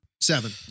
Seven